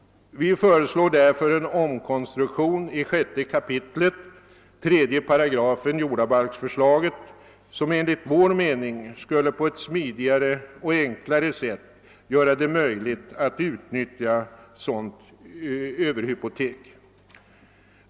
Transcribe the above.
Vi föreslår därför en omkonstruktion av 6 kap. 3 8 i förslaget till jordabalk som enligt vår mening på ett smidigare och enklare sätt skulle göra det möjligt att utnyttja ett överhypotek.